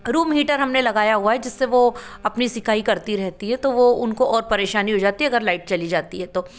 room heater हमने लगाया हुआ है जिससे वो अपनी सिकाई करती रहती है तो वो उनको और परेशानी हो जाती है अगर लाइट चली जाती है तो